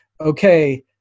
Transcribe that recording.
okay